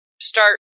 start